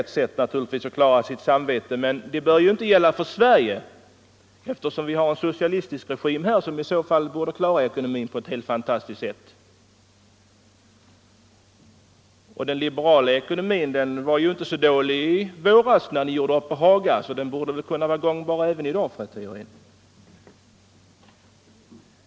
Att säga det är naturligtvis ett sätt att klara sitt samvete — men det bör inte gälla för Sverige, eftersom vi har en socialistisk regim här, som i så fall borde klara ekonomin på ett helt fantastiskt sätt. Den liberala ekonomin var för övrigt ju inte så dålig i våras, när ni gjorde upp på Haga, och den borde därför kunna vara gångbar även i dag, fru Theorin.